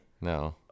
No